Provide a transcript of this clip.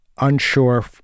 unsure